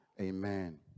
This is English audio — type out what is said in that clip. Amen